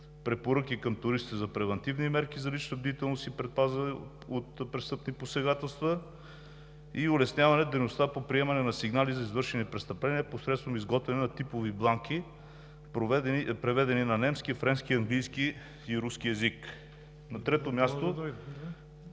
препоръки към туристите за превантивни мерки за лична бдителност и предпазване от престъпни посегателства и улесняване дейността по приемане на сигнали за извършени престъпления посредством изготвяне на типови бланки, преведени на немски, френски, английски и руски език. На трето място,